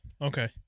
okay